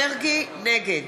נגד